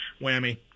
Whammy